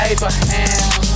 Abraham